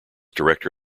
director